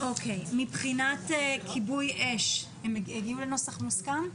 מבחינת כיבוי אש, הם הגיעו לנוסח מוסכם?